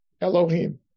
Elohim